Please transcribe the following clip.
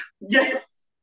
yes